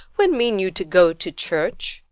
when mean you to go to church?